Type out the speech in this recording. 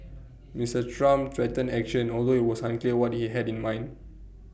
Mister Trump threatened action although IT was unclear what he had in mind